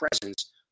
presence